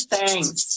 thanks